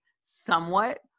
somewhat